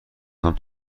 کنم